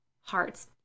hearts